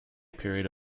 period